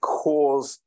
cause